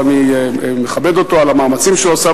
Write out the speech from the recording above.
ואני מכבד אותו על המאמצים שהוא עשה,